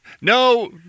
no